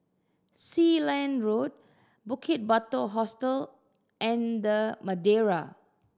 Sealand Road Bukit Batok Hostel and The Madeira